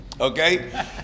Okay